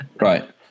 Right